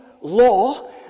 law